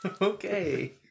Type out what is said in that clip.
Okay